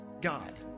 God